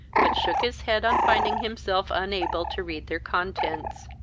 but shook his head on finding himself unable to read their contents.